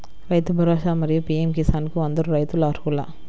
రైతు భరోసా, మరియు పీ.ఎం కిసాన్ కు అందరు రైతులు అర్హులా?